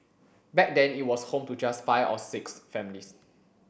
back then it was home to just five or six families